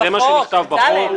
זה מה שנכתב בחוק.